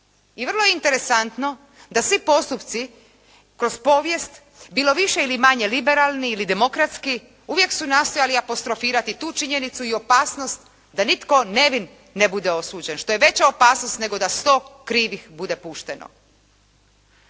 I vrlo je interesantno da svi postupci kroz povijest bilo više ili manje liberalni ili demokratski uvijek su nastojali apostrofirati tu činjenicu i opasnost da nitko nevin ne bude osuđen što je veća opasnost nego da sto krivih bude pušteno.